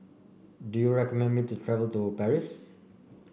do you recommend me to travel to Paris